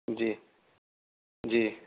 جی جی